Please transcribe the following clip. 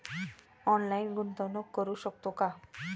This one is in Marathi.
ऑनलाइन गुंतवणूक करू शकतो का?